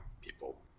people